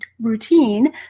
routine